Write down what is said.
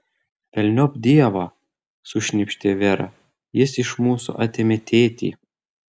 velniop dievą sušnypštė vera jis iš mūsų atėmė tėtį